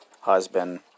husband